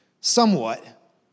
somewhat